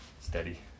steady